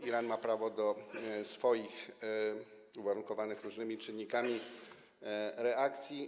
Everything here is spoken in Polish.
Iran ma prawo do swoich uwarunkowanych różnymi czynnikami reakcji.